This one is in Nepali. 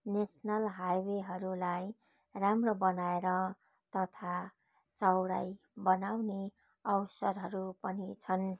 नेश्नल हाइवेहरूलाई राम्रो बनाएर तथा चौडाइ बनाउने अवसरहरू पनि छन्